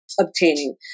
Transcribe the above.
obtaining